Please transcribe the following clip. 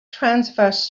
transverse